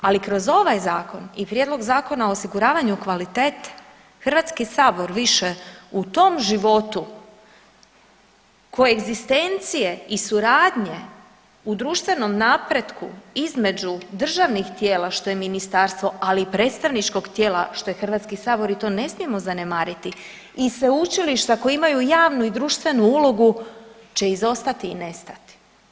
Ali kroz ovaj zakon i prijedlog zakona o osiguravanju kvalitete Hrvatski sabor više u tom životu koegzistencije i suradnje u društvenom napretku između državnih tijela što je ministarstvo ali i predstavničkog tijela što je Hrvatski sabor, mi to ne smijemo zanemariti i sveučilišta koja imaju javnu i društvenu ulogu će izostati i nestati.